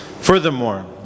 Furthermore